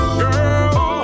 girl